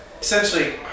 essentially